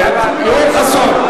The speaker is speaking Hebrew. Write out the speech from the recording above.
יואל חסון,